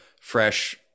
fresh